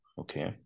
Okay